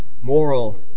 moral